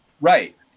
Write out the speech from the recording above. Right